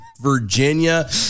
Virginia